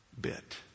bit